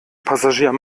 passagier